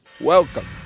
Welcome